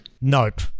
Nope